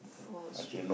oh shrink